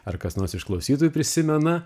ar kas nors iš klausytojų prisimena